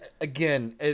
again